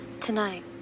Tonight